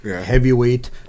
heavyweight